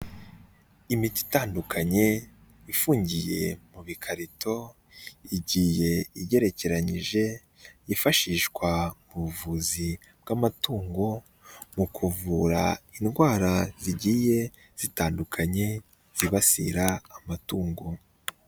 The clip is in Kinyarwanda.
Imiti itandukanye ifungiye mu bikarito, igiye igerekeranyije yifashishwa mu buvuzi bw'amatungo mu kuvura indwara zigiye zitandukanye zibasira amatungo.